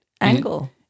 angle